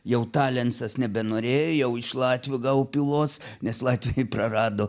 jau talencas nebenorėjo jau iš latvių gavau pylos nes latviai prarado